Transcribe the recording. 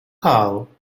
cow